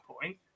point